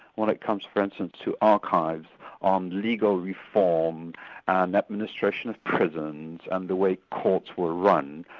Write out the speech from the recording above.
when it comes for instance to archives on legal reform and administration of prisons and the way courts were run,